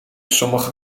sommige